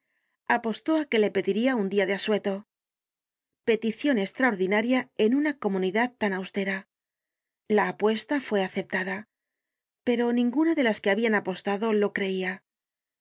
apostó á que le pediria un dia de asueto peticion estraordinaria en una comunidad tan austera la apuesta fue aceptada pero ninguna de las que habian apostado lo creia